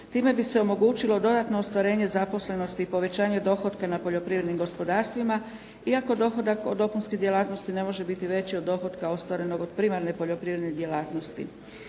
Time bi se omogućilo dodatno ostvarenje zaposlenosti i povećanju dohotka na poljoprivrednim gospodarstvima iako dohodak od dopunske djelatnosti ne može biti veći od dohotka ostvarenog od primarne poljoprivredne djelatnosti.